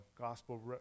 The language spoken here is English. gospel